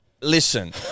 Listen